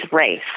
race